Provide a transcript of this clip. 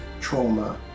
trauma